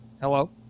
Hello